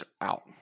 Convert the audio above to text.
out